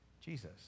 Jesus